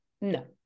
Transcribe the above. no